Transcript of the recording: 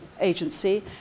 agency